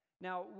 now